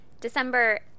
December